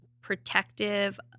protective